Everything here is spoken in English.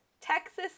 Texas